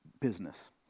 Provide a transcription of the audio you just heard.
business